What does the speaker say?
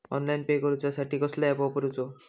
Online pay करूचा साठी कसलो ऍप वापरूचो?